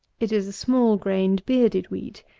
it is a small-grained bearded wheat.